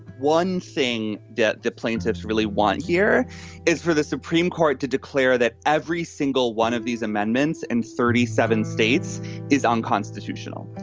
one thing that the plaintiffs really want here is for the supreme court to declare that every single one of these amendments and thirty seven states is unconstitutional,